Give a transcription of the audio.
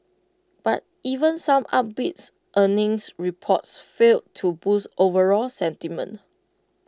but even some up beats earnings reports failed to boost overall sentiment